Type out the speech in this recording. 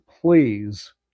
please